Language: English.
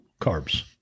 carbs